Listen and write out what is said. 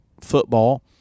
football